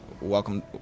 welcome